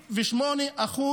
רק 58%